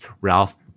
Ralph